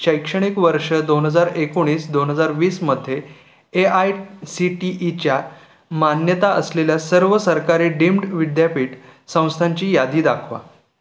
शैक्षणिक वर्ष दोन हजार एकोणीस दोन हजार वीसमध्ये ए आय सी टी ईच्या मान्यता असलेल्या सर्व सरकारी डीम्ड विद्यापीठ संस्थांची यादी दाखवा